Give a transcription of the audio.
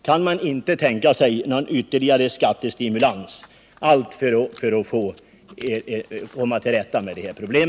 Kan man inte tänka sig någon ytterligare skattestimulans för att komma till rätta med dessa problem?